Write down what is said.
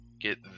get